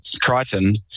Crichton